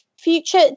future